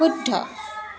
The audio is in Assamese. শুদ্ধ